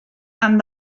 han